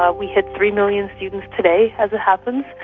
ah we had three million students today, as it happens.